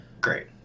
great